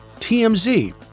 TMZ